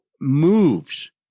moves